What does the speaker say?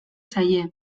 zaie